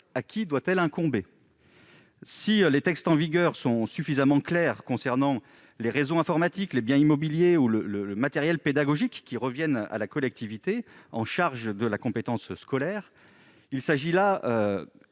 charge doit-elle incomber ? Si les textes en vigueur sont suffisamment clairs concernant les réseaux informatiques, les biens immobiliers ou le matériel pédagogique, qui relèvent de la collectivité chargée de la compétence scolaire, il s'agit